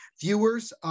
viewers